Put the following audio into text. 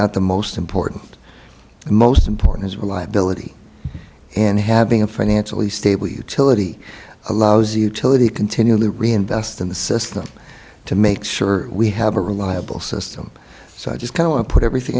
not the most important the most important is reliability and having a financially stable utility allows utility continually reinvest in the system to make sure we have a reliable system so i just kind of put everything